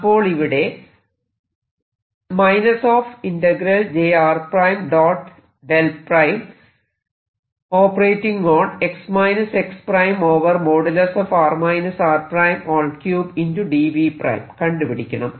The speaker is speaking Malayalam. അപ്പോൾ ഇവിടെ കണ്ടുപിടിക്കണം